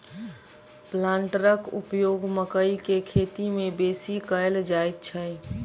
प्लांटरक उपयोग मकइ के खेती मे बेसी कयल जाइत छै